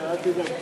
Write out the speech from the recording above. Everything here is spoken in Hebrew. שלוש דקות, בבקשה.